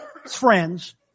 friends